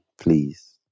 please